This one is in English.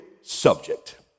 subject